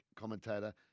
commentator